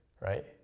right